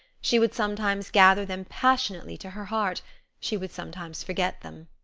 she would sometimes gather them passionately to her heart she would sometimes forget them.